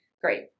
Great